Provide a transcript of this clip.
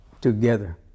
together